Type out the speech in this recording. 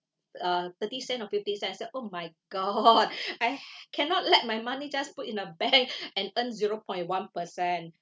uh thirty cent or fifty cents like that oh my god I cannot let my money just put in a bank and earn zero point one percent